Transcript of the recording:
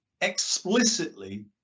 explicitly